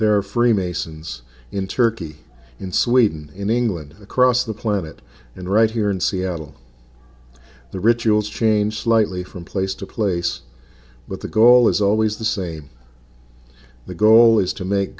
there freemasons in turkey in sweden in england across the planet and right here in seattle the rituals change slightly from place to place but the goal is always the same the goal is to make